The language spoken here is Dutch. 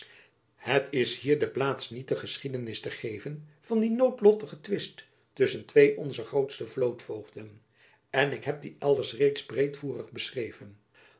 het is hier de plaats niet de geschiedenis te geven van dien noodlottigen twist tusschen twee onzer grootste vlootvoogden en ik heb dien elders reeds breedvoerig beschreven